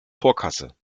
vorkasse